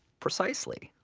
precisely.